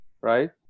right